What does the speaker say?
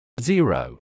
Zero